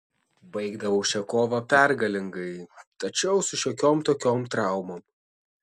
baigdavau šią kovą pergalingai tačiau su šiokiom tokiom traumom